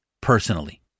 personally